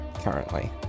currently